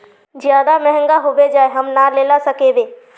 ज्यादा महंगा होबे जाए हम ना लेला सकेबे?